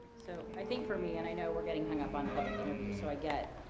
so i think for me, and i know we're getting hung up on public interviews so i get